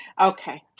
Okay